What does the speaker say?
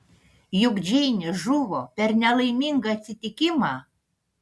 juk džeinė žuvo per nelaimingą atsitikimą